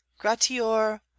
gratior